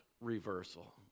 reversal